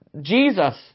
Jesus